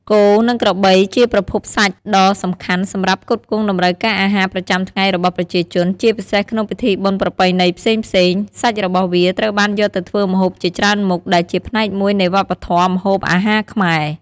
គោ និងក្របីជាប្រភពសាច់ដ៏សំខាន់សម្រាប់ផ្គត់ផ្គង់តម្រូវការអាហារប្រចាំថ្ងៃរបស់ប្រជាជន ជាពិសេសក្នុងពិធីបុណ្យប្រពៃណីផ្សេងៗ សាច់របស់វាត្រូវបានយកទៅធ្វើម្ហូបជាច្រើនមុខ ដែលជាផ្នែកមួយនៃវប្បធម៌ម្ហូបអាហារខ្មែរ។